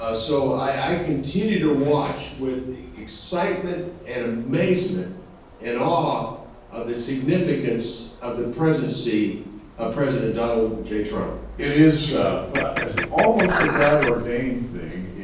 ah so i continue to watch with excitement and amazement and awe of the significance of the presidency of president donald j. trump. it is is almost a god-ordained thing.